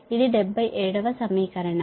ఇది 77 వ సమీకరణం